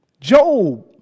Job